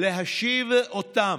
להשיב אותם,